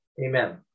Amen